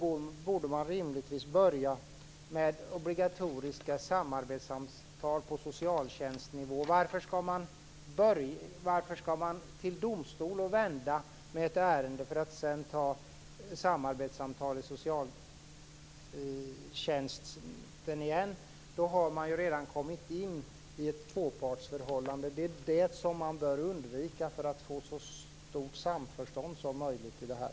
Då borde man rimligtvis börja med obligatoriska samarbetssamtal på socialtjänstnivå. Varför skall man till domstol och vända med ett ärende för att sedan ta samarbetssamtal i socialtjänsten? Då har man ju redan kommit in i ett tvåpartsförhållande, och det är detta man bör undvika för att få så stort samförstånd som möjligt här.